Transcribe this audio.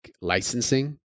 licensing